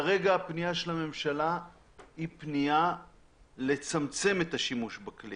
כרגע הפנייה של הממשלה היא לצמצם את השימוש בכלי